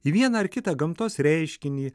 į vieną ar kitą gamtos reiškinį